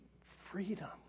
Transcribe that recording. freedom